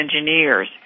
Engineers